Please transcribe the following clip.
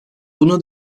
buna